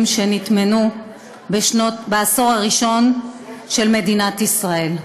שנטמנו בעשור הראשון של מדינת ישראל.